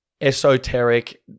esoteric